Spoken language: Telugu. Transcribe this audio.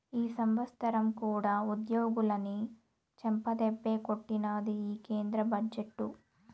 ఈ సంవత్సరం కూడా ఉద్యోగులని చెంపదెబ్బే కొట్టినాది ఈ కేంద్ర బడ్జెట్టు